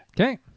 Okay